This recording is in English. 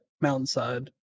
mountainside